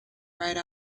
ride